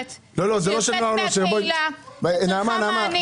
שיוצאת מהקהילה --- זה לא נוער נושר.